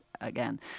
again